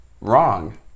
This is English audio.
wrong